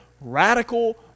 radical